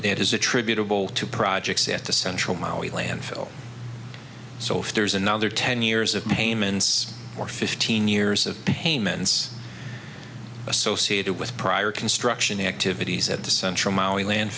it is attributable to projects at the central maui landfill so if there's another ten years of payments or fifteen years of payments associated with prior construction activities at the central mali land